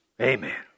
Amen